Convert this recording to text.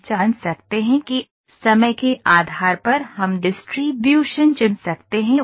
हम जान सकते हैं कि समय के आधार पर हम डिस्ट्रीब्यूशन चुन सकते हैं